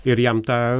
ir jam tą